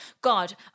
God